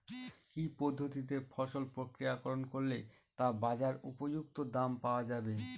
কি পদ্ধতিতে ফসল প্রক্রিয়াকরণ করলে তা বাজার উপযুক্ত দাম পাওয়া যাবে?